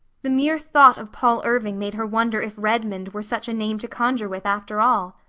the mere thought of paul irving made her wonder if redmond were such a name to conjure with after all.